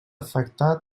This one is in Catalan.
afectar